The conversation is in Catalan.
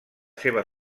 seva